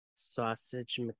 Sausage